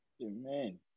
amen